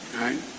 right